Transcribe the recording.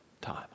time